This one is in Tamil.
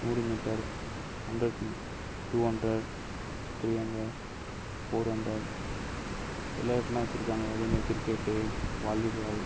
நூறு metre hundred m two hundred three hundred four hundred விளையாட்டெலாம் வச்சுருக்காங்க அதே மாதிரி கிரிக்கெட்டு வாலி பால்